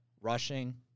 rushing